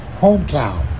hometown